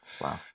wow